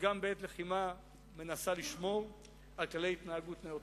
שגם בעת לחימה מנסה לשמור על כללי התנהגות נאותים.